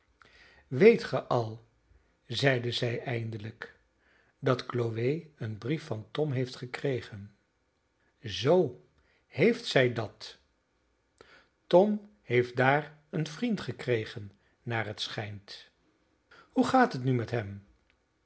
weet ge al zeide zij eindelijk dat chloe een brief van tom heeft gekregen zoo heeft zij dat tom heeft daar een vriend gekregen naar het schijnt hoe gaat het nu met hem